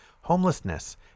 homelessness